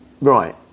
right